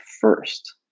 first